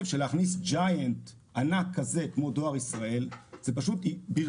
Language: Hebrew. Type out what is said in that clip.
שלהכניס ענק כזה כמו דואר ישראל - ברצותו,